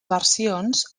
versions